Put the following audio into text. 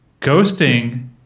ghosting